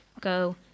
go